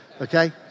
Okay